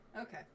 Okay